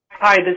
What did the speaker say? Hi